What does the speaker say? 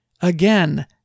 Again